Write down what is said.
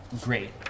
Great